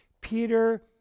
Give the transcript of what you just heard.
Peter